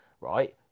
right